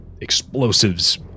explosives